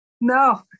No